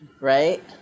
right